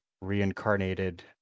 reincarnated